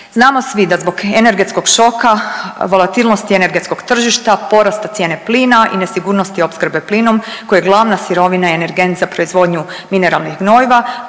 Znamo svi da zbog energetskog šoka, volatilnosti energetskog tržišta, porasta cijene plina i nesigurnosti opskrbe plinom koji je glavna sirovina i energent za proizvodnju mineralnih gnojiva,